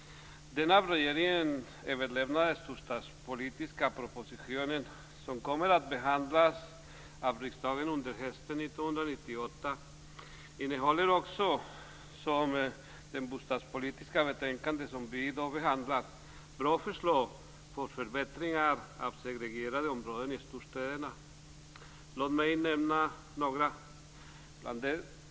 Den av regeringen överlämnade storstadspolitiska proposition som kommer att behandlas av riksdagen under hösten 1998 och det bostadspolitiska betänkande som vi i dag behandlar innehåller bra förslag för förbättringar av segregerade områden i storstäderna. Låt mig nämna några.